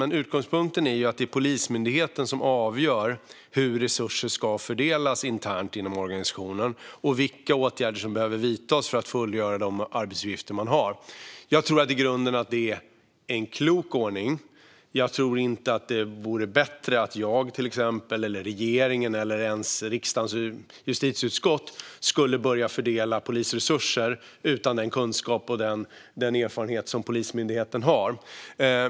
Men utgångspunkten är att det är Polismyndigheten som avgör hur resurser ska fördelas internt inom organisationen och vilka åtgärder som ska vidtas för att man ska kunna fullgöra de arbetsuppgifter man har. Jag tror att det i grunden är en klok ordning. Jag tror inte att det vore bättre att till exempel jag själv, regeringen eller ens riksdagens justitieutskott skulle börja fördela polisresurser utan den kunskap och erfarenhet som Polismyndigheten har.